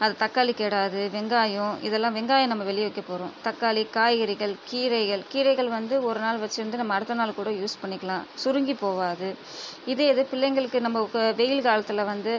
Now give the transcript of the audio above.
அது தக்காளி கெடாது வெங்காயம் இதெல்லாம் வெங்காயம் நம்ம வெளியே வைக்க போகிறோம் தக்காளி காய்கறிகள் கீரைகள் கீரைகள் வந்து ஒரு நாள் வச்சுருந்து நம்ம அடுத்த நாள் கூட யூஸ் பண்ணிக்கலாம் சுருங்கி போகாது இதே இது பிள்ளைங்களுக்கு நம்ம வெயில் காலத்தில் வந்து